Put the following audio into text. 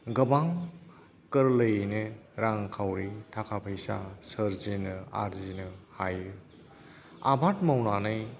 गोबां गोरलैयैनो रांखावरि थाखा फैसा सोरजिनो आरजिनो हायो आबाद मावनानै